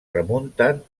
remunten